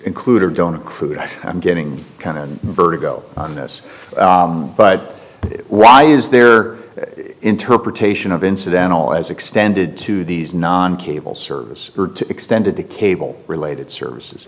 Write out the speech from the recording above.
include or don't accrued i'm getting kind of vertigo on this but why is there interpretation of incidental as extended to these non cable service or to extended to cable related services